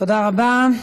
תודה רבה.